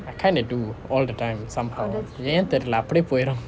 I kind of do all the time somehow ஏன் தெரியில்லே அப்படியே போயிரும்:aen theriyillae appadiye poyirum